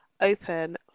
open